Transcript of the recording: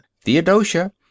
theodosia